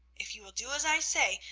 if you will do as i say,